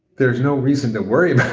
there's no reason to worry about